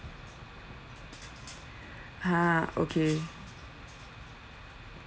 ha okay